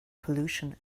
pollution